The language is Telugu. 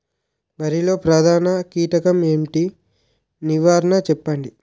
వరిలో ప్రధాన కీటకం ఏది? నివారణ చెప్పండి?